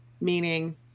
meaning